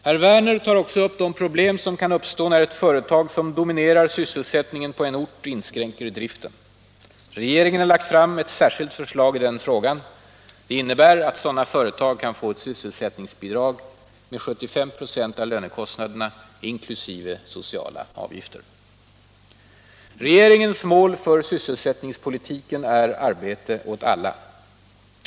Herr Werner tar också upp de problem som kan uppstå när ett företag, som dominerar sysselsättningen på en ort, inskränker driften. Regeringen har lagt fram ett särskilt förslag i den frågan. Det innebär att sådana företag kan få ett sysselsättningsbidrag med 75 926 av lönekostnaderna, inkl. sociala avgifter. Regeringens mål för sysselsättningspolitiken är arbete åt alla.